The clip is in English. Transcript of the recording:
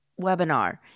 webinar